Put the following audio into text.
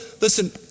listen